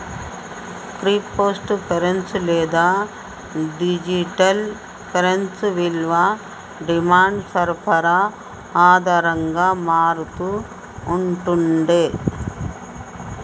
crypto currency లేదా digital currency విలువ demand, సరఫరా ఆధారంగా మారతూ ఉంటుండే